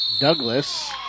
Douglas